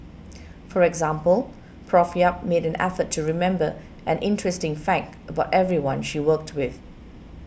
for example Prof Yap made an effort to remember an interesting fact about everyone she worked with